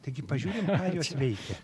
taigi pažiūrim ką jos veikia